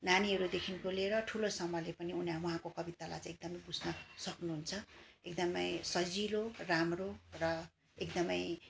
नानीहरूदेखिको लिएर ठुलोसम्मले उना उहाँको कवितालाई चाहिँ एकदमै बुझ्न सक्नुहुन्छ एकदमै सजिलो राम्रो र एकदमै